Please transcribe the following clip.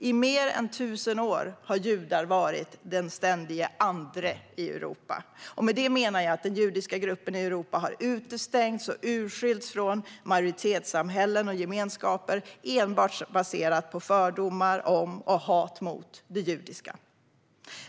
I mer än tusen år har judar varit den ständiga andre i Europa. Med det menar jag att den judiska gruppen i Europa har utestängts och urskilts från majoritetssamhällen och gemenskaper enbart baserat på fördomar om och hat mot det judiska.